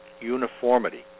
uniformity